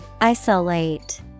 Isolate